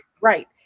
Right